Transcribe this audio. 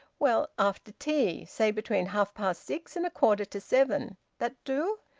well, after tea. say between half-past six and a quarter to seven. that do?